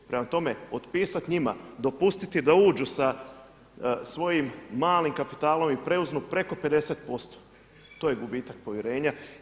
Prema tome otpisat njima, dopustiti da uđu sa svojim malim kapitalom i preuzmu preko 50%, to je gubitak povjerenja.